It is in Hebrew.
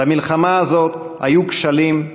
במלחמה הזאת היו כשלים,